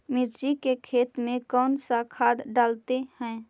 मिर्ची के खेत में कौन सा खाद डालते हैं?